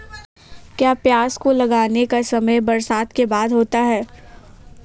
क्या प्याज को लगाने का समय बरसात के बाद होता है?